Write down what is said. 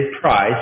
price